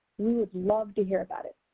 we would love to hear about it.